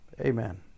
amen